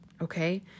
okay